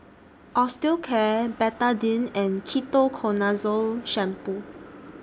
Osteocare Betadine and Ketoconazole Shampoo